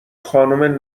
خانم